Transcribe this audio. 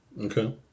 Okay